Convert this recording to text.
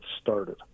started